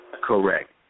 Correct